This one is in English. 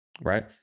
right